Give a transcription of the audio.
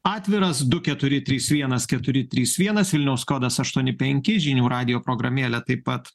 atviras du keturi trys vienas keturi trys vienas vilniaus kodas aštuoni penki žinių radijo programėlė taip pat